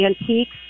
antiques